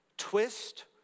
twist